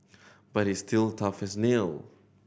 but he's still tough as nail